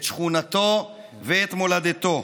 את שכונתו ואת מולדתו.